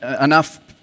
enough